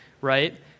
right